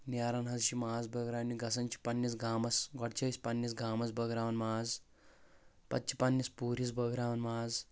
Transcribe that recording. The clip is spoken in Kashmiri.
نیران حظ چھِ ماز بٲگراونہِ گژھان چھِ پننس گامس گۄڈٕ چھِ أسۍ پننس گامس بٲگراوان ماز پتہٕ چھِ پننس پوٗرِس بٲگراوان ماز